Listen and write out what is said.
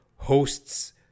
hosts